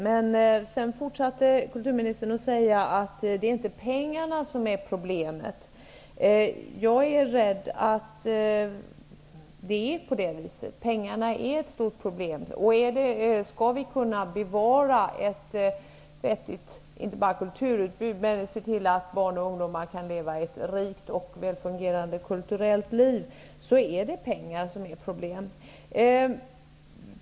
Men sedan fortsätter kulturministern med att säga att det inte är pengarna som är problemet. Jag är rädd att pengarna är ett stort problem. Om vi skall kunna bevara ett vettigt kulturutbud och se till att barn och ungdomar kan leva ett rikt och väl fungerande kulturellt liv, är det pengarna som är problemet.